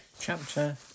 Chapter